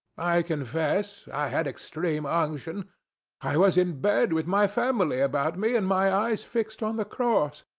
i confessed i had extreme unction i was in bed with my family about me and my eyes fixed on the cross.